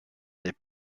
des